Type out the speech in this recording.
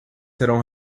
serão